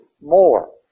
more